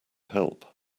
help